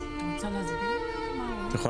אילנה,